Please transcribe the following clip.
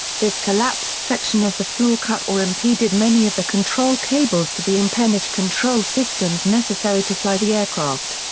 this collapsed section of the floor cut or impeded many of the control cables to the empennage control systems necessary to fly the aircraft.